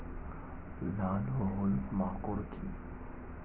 লাল ও হলুদ মাকর কী?